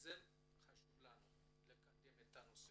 זה חשוב לנו לקדם את הנושא.